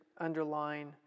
underline